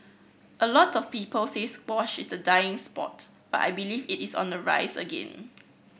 a lot of people say squash is a dying sport but I believe it is on the rise again